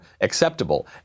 acceptable